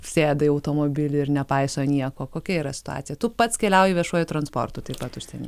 sėda į automobilį ir nepaiso nieko kokia yra situacija tu pats keliauji viešuoju transportu taip pat užsieny